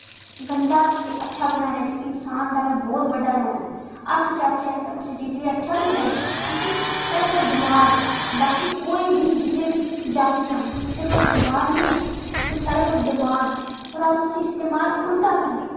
गंदा ते अच्छा बनाने च इंसान दा गै बोह्त बड्डा रोल ऐ अस चाह्चै तां कुसै चीज गी अच्छा बी बनाई सकने क्योंकि साढ़ै कोल दिमाग ऐ बाकी कोई बी जिन्नी बी जातियां न कुसै कोल दिमाग निं ऐ लेकिन साढ़े कोल दिमाग ऐ और अस उस्सी इस्तेमाल उल्टा करने